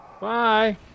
Bye